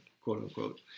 quote-unquote